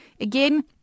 Again